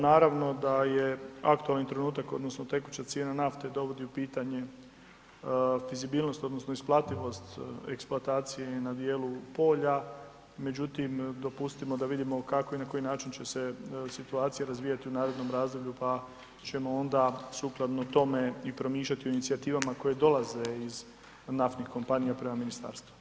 Naravno da je aktualni trenutak, odnosno tekuća cijena nafte dovodi u pitanju vizibilnost odnosno isplativost eksploatacije na djelu polja, međutim, dopustimo da vidimo kako i na koji način će se situacija razvijati u narednom razdoblju pa ćemo onda sukladno tome i promišljati o inicijativama koje dolaze iz naftnih kompanija prema ministarstvu.